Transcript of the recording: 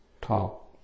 talk